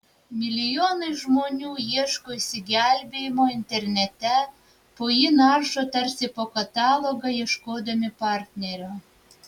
milijonai žmonių ieško išsigelbėjimo internete po jį naršo tarsi po katalogą ieškodami partnerio